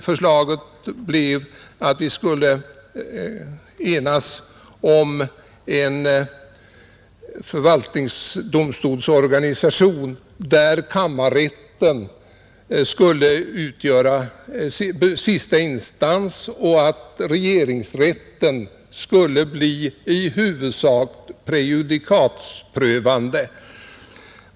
Förslaget blev en förvaltningsdomstolsorganisation, där kammarrätten skulle utgöra sista instans, medan regeringsrätten skulle bli i huvudsåk prejudikatprövande.